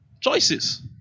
Choices